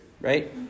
right